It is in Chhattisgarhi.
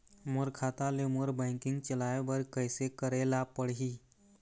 मोर खाता ले मोर बैंकिंग चलाए बर कइसे करेला पढ़ही?